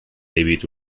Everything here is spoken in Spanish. david